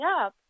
up